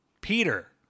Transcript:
Peter